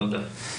תודה.